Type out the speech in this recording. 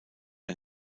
ein